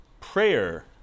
prayer